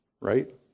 right